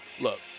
Look